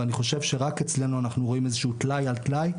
ואני חושב שרק אצלנו אנחנו רואים טלאי על טלאי,